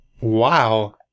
Wow